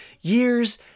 years